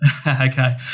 Okay